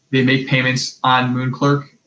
they make payments on moonclerk.